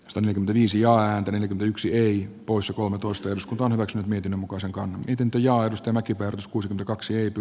sanoin viisi ääntä yksi ei pois omituista jos kupongillakseen miten muka sanka on pitempi ja aidosti mäkipeurs kuusi kaksi rkl